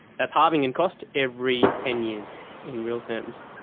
that's halving in cost every ten years in real terms,